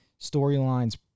storylines